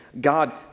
God